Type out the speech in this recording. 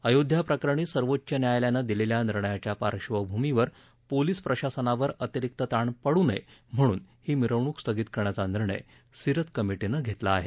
अयोध्या प्रकरणी सर्वोच्च न्यायालयानं दिलेल्या निर्णयाच्या पार्श्वभूमीवर पोलीस प्रशासनावर अतिरिक्त ताण पडू नये म्हणून ही मिरवणूक स्थगित करण्याचा निर्णय सिरत कमिटीनं घेतला आहे